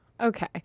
okay